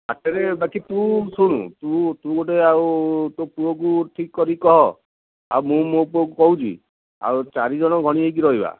ହାଟରେ ବାକି ତୁ ଶୁଣ ତୁ ତୁ ଗୋଟେ ଆଉ ତୋ ପୁଅକୁ ଠିକ୍ କରିକି କହ ଆଉ ମୁଁ ମୋ ପୁଅକୁ କହୁଛି ଆଉ ଚାରି ଜଣ ଗଣି ହୋଇକି ରହିବା